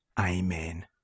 Amen